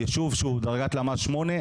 ישוב שהוא בדרגת למ"ס 8,